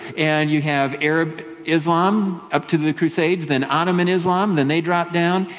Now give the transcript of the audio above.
and you have arab islam, up to the crusades, then ottoman islam, then they drop down,